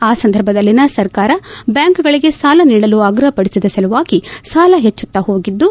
ಆ ಸಂದರ್ಭದಲ್ಲಿನ ಸರ್ಕಾರ ಬ್ಹಾಂಕ್ಗಳಿಗೆ ಸಾಲ ನೀಡಲು ಆಗ್ರಹಪಡಿಸಿದ ಸಲುವಾಗಿ ಸಾಲ ಹೆಚ್ಚುತಾ ಹೋಗಿದ್ದು